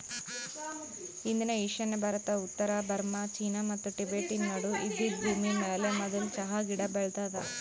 ಇಂದಿನ ಈಶಾನ್ಯ ಭಾರತ, ಉತ್ತರ ಬರ್ಮಾ, ಚೀನಾ ಮತ್ತ ಟಿಬೆಟನ್ ನಡು ಇದ್ದಿದ್ ಭೂಮಿಮ್ಯಾಲ ಮದುಲ್ ಚಹಾ ಗಿಡ ಬೆಳದಾದ